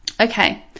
Okay